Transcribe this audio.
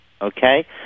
Okay